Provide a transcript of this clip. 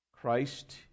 Christ